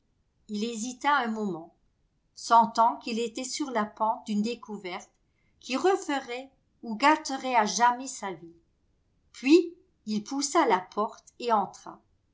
il hésita un moment sentant qu'il était sur la pente d'une découverte qui referait ou gâterait à jamais sa vie puis il poussa la porte et entra